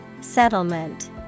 Settlement